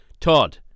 Todd